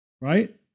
right